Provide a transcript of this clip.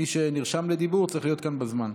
מי שנרשם לדיבור צריך להיות כאן בזמן.